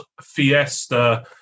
fiesta